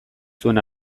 zuen